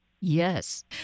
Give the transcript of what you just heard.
Yes